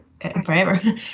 forever